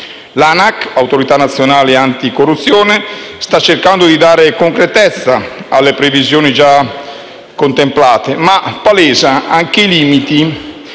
L'Autorità nazionale anticorruzione sta cercando di dare concretezza alle previsioni già contemplate, ma palesa anche i limiti